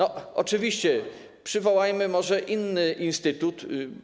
Oczywiście, przywołajmy może inny instytut.